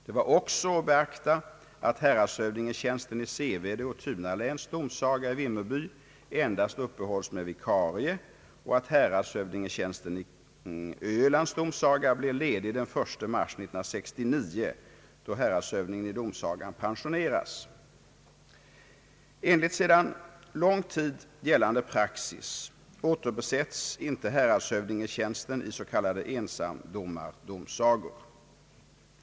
Det var också att beakta att häradshövdingtjänsten i Sevede och Tunaläns domsaga i Vimmerby endast uppehålls med vikarie och att häradshövdingtjänsten i Ölands domsaga blir ledig den 1 mars 1969, då häradshövdingen i domsagan pensioneras. Enligt sedan lång tid gällande praxis återbesätts ej häradshövdingtjänsten i s.k. ensamdo mardomsagor.